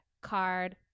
card